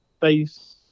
face